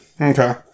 Okay